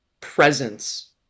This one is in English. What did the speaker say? presence